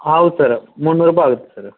ಹೌದ್ ಸರ ಮುನ್ನೂರು ರೂಪಾಯಿ ಆಗುತ್ತೆ ಸರ